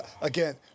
again